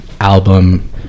album